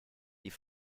die